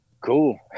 cool